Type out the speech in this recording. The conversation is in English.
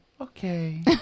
Okay